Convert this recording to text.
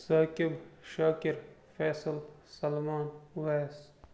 Saqib Shakir Faisal Salman Owais